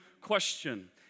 question